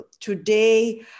Today